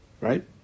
Right